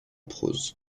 prose